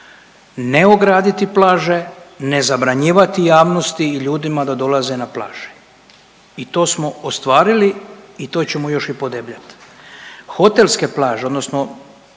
ne ograditi plaže, ne zabranjivati javnosti i ljudima da dolaze na plaže i to smo ostvarili i to ćemo još i podebljati. Hotelske plaže, odnosno